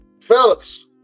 Fellas